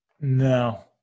No